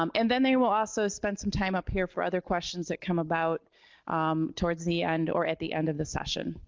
um and then they will also spend some time up here for other questions that come about towards the end or at the end of the session.